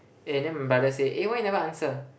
and then my brother say eh why you never answer